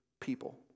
people